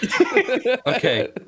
Okay